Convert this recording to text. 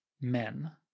men